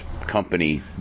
company